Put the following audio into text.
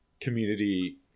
community